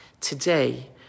Today